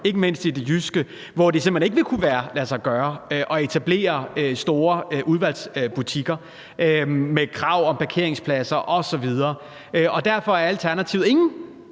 ikke mindst i det jyske, hvor det simpelt hen ikke vil kunne lade sig gøre at etablere store udvalgsbutikker med krav om parkeringspladser osv. Og derfor er alternativet ingen,